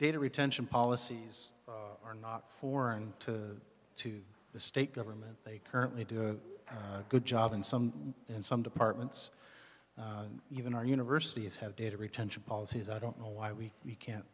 data retention policies are not foreign to to the state government they currently do a good job in some in some departments even our universities have data retention policies i don't know why we can't